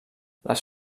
les